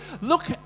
look